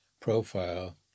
profile